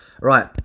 right